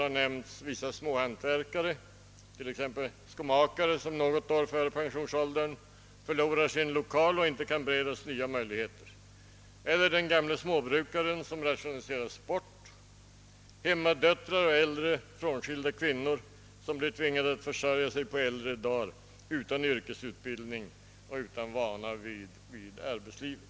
Vi nämner småhantverkare, t.ex. en skomakare som något år före pensionsåldern förlorar sin lokal och inte kan beredas nya arbetsmöjligheter, eller en gammal småbrukare som rationaliseras bort eller hemmadöttrar och äldre, frånskilda kvinnor som på äldre dagar tvingas försörja sig utan yrkesutbildning och utan vana vid arbetslivet.